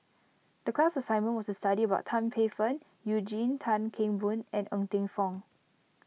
the class assignment was to study about Tan Paey Fern Eugene Tan Kheng Boon and Ng Teng Fong